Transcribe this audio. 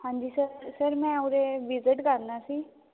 ਹਾਂਜੀ sir sir ਮੈਂ ਉਰੇ ਵਿਜਿਟ ਕਰਨਾ ਸੀ